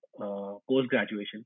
post-graduation